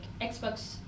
Xbox